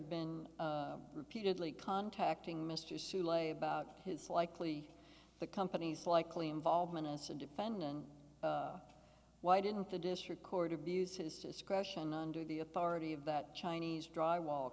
been repeatedly contacting mr c lay about his likely the company's likely involvement it's a defendant why didn't the district court abused his discretion under the authority of that chinese drywall